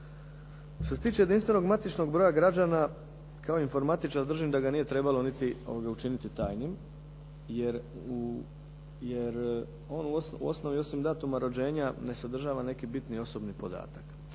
Što se tiče jedinstvenog matičnog broja građana, kao informatičar držim da ga nije trebalo niti učiniti tajnim, jer on u osnovi osim datuma rođenja ne sadržava neki bitni osobni podatak.